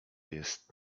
jest